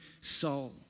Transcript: soul